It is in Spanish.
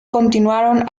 continuaron